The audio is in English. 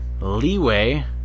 Leeway